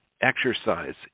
Exercise